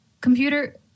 Computer